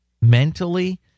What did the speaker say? mentally